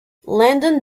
landon